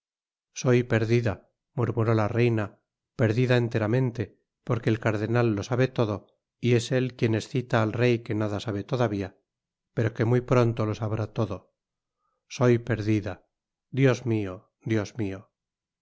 soy perdida murmuró la reina perdida enteramente porque el cardenal lo sabe todo y es él quien escita al rey que nada sabe todavia pero que muy pronto lo sabrá todo soy perdida dios mio dios mio